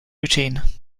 routine